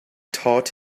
tart